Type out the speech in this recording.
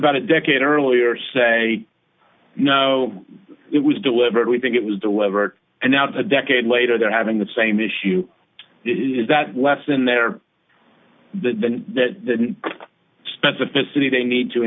about a decade earlier say no it was delivered we think it was delivered and now the decade later they're having the same issue is that less in there than the specificity they need to